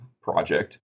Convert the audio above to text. project